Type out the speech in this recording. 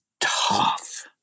tough